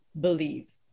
believe